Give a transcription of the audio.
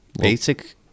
Basic